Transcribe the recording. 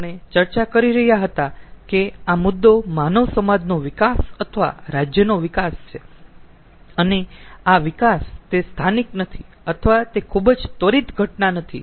આપણે ચર્ચા કરી રહ્યા હતા કે આ મુદ્દો માનવ સમાજનો વિકાસ અથવા રાજ્યનો વિકાસ છે અને આ વિકાસ તે સ્થાનિક નથી અથવા તે ખુબ જ ત્વરિત ઘટના નથી